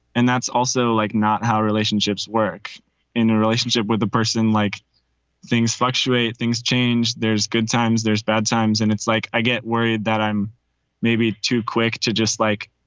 and that's also like not how relationships work in a relationship with a person. like things fluctuate, things change. there's good times. there's bad times. and it's like i get worried that i'm maybe too quick to just like